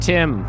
Tim